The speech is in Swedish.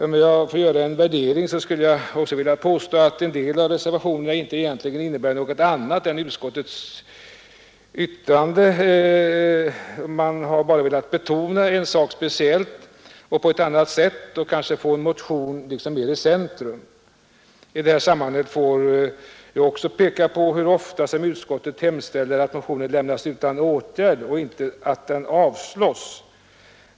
Om jag får göra en värdering, så skulle jag också vilja påstå att en del av reservationerna egentligen inte innebär något annat än utskottets yttrande — man har bara velat betona en sak speciellt och på ett annat sätt och kanske velat få en motion mer i centrum. I det här sammanhanget vill jag också peka på att utskottet ofta hemställer att motioner lämnas utan åtgärd och inte att de skall avslås.